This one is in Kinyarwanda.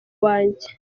wanjye